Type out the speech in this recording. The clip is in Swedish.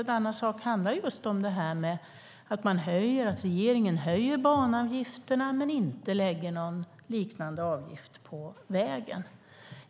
En annan sak handlar just om att regeringen höjer banavgifterna men inte lägger någon liknande avgift på vägen.